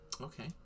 Okay